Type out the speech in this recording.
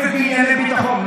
אפס בענייני ביטחון.